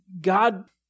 God